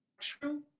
true